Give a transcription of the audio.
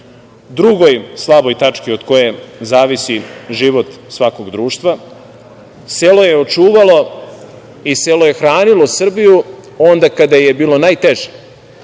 drugoj slaboj tački od koje zavisi život svakog društva. Selo je očuvalo i selo je hranilo Srbiju onda kada je bilo najteže,